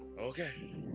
Okay